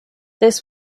this